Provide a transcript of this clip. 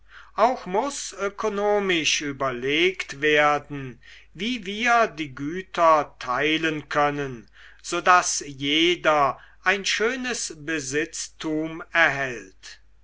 auch muß ökonomisch überlegt werden wie wir die güter teilen können so daß jeder ein schönes besitztum erhält